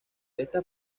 esta